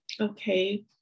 okay